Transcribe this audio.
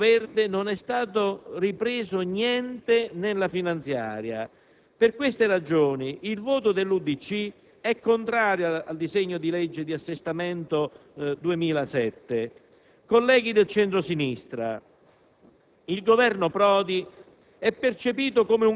Non a caso, nulla del Libro verde è stato ripreso nella finanziaria. Per queste ragioni, il voto dell'UDC è contrario al disegno di legge di assestamento per il 2007. Colleghi del centro-sinistra,